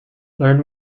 learn